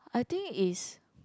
I think is